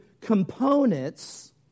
components